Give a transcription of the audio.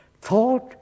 Thought